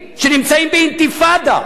כשנמצאים באינתיפאדה?